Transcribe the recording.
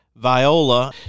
Viola